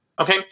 Okay